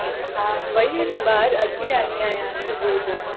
हा वेई हुअसि ॿाहिरि अॼु ई आईं आहियां सुबुह जो